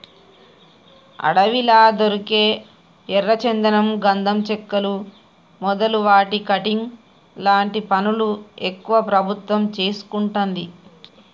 అడవిలా దొరికే ఎర్ర చందనం గంధం చెక్కలు మొదలు వాటి కటింగ్ లాంటి పనులు ఎక్కువ ప్రభుత్వం చూసుకుంటది